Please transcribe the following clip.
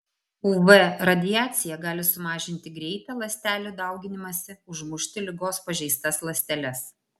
uv radiacija gali sumažinti greitą ląstelių dauginimąsi užmušti ligos pažeistas ląsteles